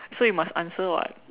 so you must answer [what]